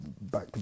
back